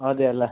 അതെ അല്ലേ